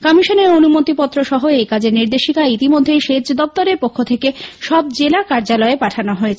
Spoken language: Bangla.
কমিশনের অনুমতি পত্র সহ এই কাজের নির্দেশিকা ইতিমধ্যেই সেচ দপ্তরের পক্ষ থেকে সব জেলা কার্যালয়ে পাঠানো হয়েছে